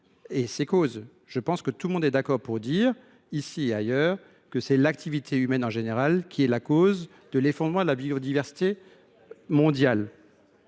et de ses causes. Tout le monde est d’accord pour reconnaître, ici et ailleurs, que c’est l’activité humaine en général qui est la cause de l’effondrement de la biodiversité mondiale,